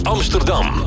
Amsterdam